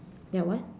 ya why